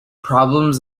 problems